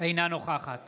אינה נוכחת